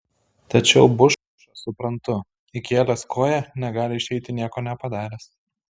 tačiau bušą suprantu įkėlęs koją negali išeiti nieko nepadaręs